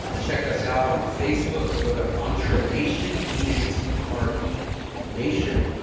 ah check us out on facebook. go to entre nation, e n t r e nation.